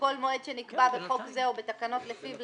כל מועד שנקבע בחוק זה או בתקנות לפיו,